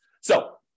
So-